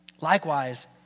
Likewise